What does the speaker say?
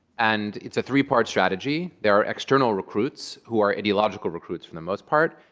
and it's a three-part strategy. there are external recruits, who are ideological recruits for the most part.